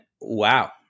wow